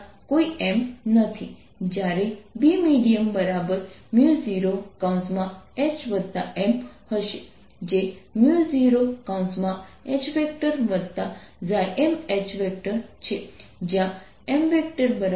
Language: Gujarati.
જ્યારે Bmedium0H M હશે જે 0HMH છે જ્યાં MMH તે 01MH છે